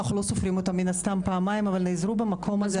אנחנו לא סופרים אותם מן הסתם פעמיים אבל נעזרו במקום הזה עד היום.